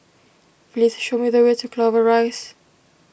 please show me the way to Clover Rise